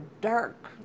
dark